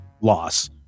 loss